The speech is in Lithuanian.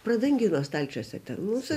pradangino stalčiuose ten mūsų